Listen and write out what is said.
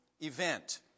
event